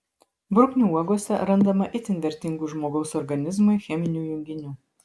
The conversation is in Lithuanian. bruknių uogose randama itin vertingų žmogaus organizmui cheminių junginių